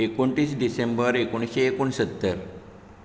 एकुणतीस डिसेंबर एकुणेशें एकुणसत्तर